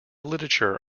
literature